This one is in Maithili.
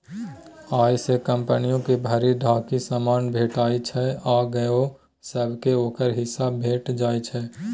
अय सँ कंपनियो के भरि ढाकी समान भेटइ छै आ गौंआ सब केँ ओकर हिस्सा भेंट जाइ छै